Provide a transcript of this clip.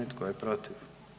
I tko je protiv?